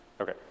Okay